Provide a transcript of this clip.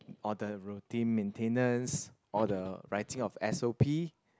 or the routine maintenance or the writing of s_o_p